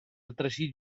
altresì